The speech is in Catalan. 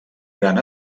gran